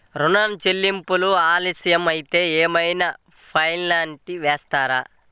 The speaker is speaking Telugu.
ఋణ చెల్లింపులు ఆలస్యం అయితే ఏమైన పెనాల్టీ వేస్తారా?